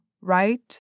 right